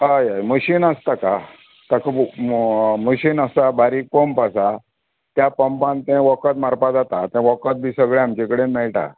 हय हय मशीन आसा ताका ताका मोओ मशीन आसा बारीक पंप आसा त्या पंपान तें वखद मारपा जाता आता वखद बी सगळें आमचे कडेन मेयटा